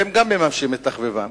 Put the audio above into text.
וגם הם מממשים את תחביבם.